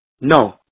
No